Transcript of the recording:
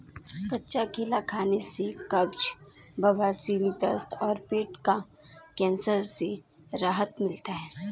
कच्चा केला खाने से कब्ज, बवासीर, दस्त और पेट का कैंसर से राहत मिलता है